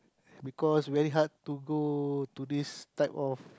we call us very hard to go to this type of